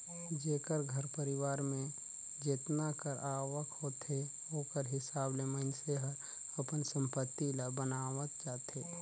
जेकर घर परिवार में जेतना कर आवक होथे ओकर हिसाब ले मइनसे हर अपन संपत्ति ल बनावत जाथे